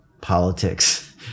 politics